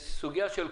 והסוגיה של קורסים,